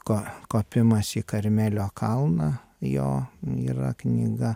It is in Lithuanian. ko kopimas į karmelio kalną jo yra knyga